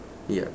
yup